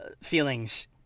feelings